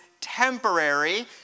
temporary